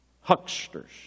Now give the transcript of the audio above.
hucksters